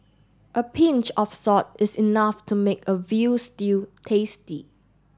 a pinch of salt is enough to make a veal stew tasty